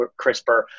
CRISPR